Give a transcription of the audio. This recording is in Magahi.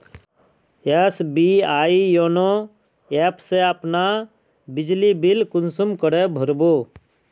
एस.बी.आई योनो ऐप से अपना बिजली बिल कुंसम करे भर बो?